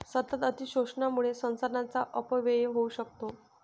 सतत अतिशोषणामुळे संसाधनांचा अपव्यय होऊ शकतो